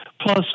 plus